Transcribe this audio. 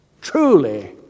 truly